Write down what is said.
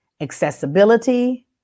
accessibility